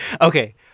Okay